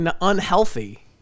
unhealthy